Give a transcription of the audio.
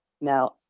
Now